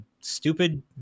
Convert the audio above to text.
stupid